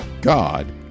God